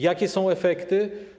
Jakie są efekty?